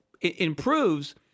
improves